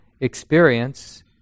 experience